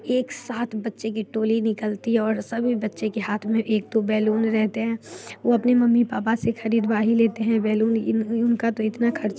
एक साथ बच्चे की टोली निकलती है और सभी बच्चे के हाथ में एक दो बैलून रहते हैं वो अपने मम्मी पापा से खरीदवा ही लेते हैं बैलून उनका तो इतना खर्चा